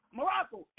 Morocco